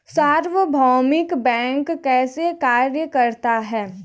सार्वभौमिक बैंक कैसे कार्य करता है?